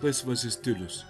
laisvasis stilius